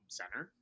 center